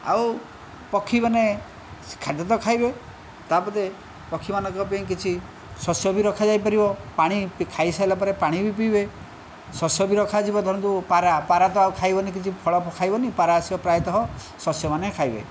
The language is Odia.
ଆଉ ପକ୍ଷୀମାନେ ସେ ଖାଦ୍ୟ ତ ଖାଇବେ ତାପରେ ପକ୍ଷୀମାନଙ୍କ ପାଇଁ କିଛି ଶସ୍ୟ ବି ରଖାଯାଇ ପାରିବ ପାଣି ଖାଇ ସାଇଲା ପରେ ପାଣି ବି ପିଇବେ ଶସ୍ୟ ବି ରଖାଯିବ ଧରନ୍ତୁ ପାରା ପାରା ତ ଆଉ ଖାଇବନି କିଛି ଫଳ ଖାଇବନି ପାରା ଆସିବ ପ୍ରାୟତଃ ଶସ୍ୟମାନେ ଖାଇବେ